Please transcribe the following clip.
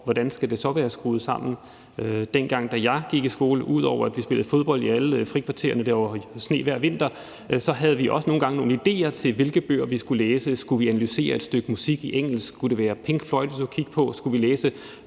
hvordan det så skal være skruet sammen. Dengang, da jeg gik i skole – ud over at vi spillede fodbold i alle frikvartererne og der var sne hver vinter – havde vi også nogle gange nogle idéer til, hvilke bøger vi skulle læse. Skulle vi analysere et stykke musik i engelsk? Skulle det være Pink Floyd, vi skulle kigge på? Skulle vi læse